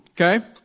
Okay